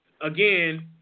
again